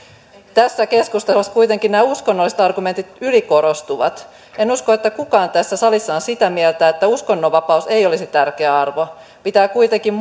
tässä keskustelussa kuitenkin nämä uskonnolliset argumentit ylikorostuvat en usko että kukaan tässä salissa on sitä mieltä että uskonnonvapaus ei olisi tärkeä arvo pitää kuitenkin